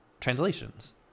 translations